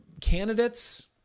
candidates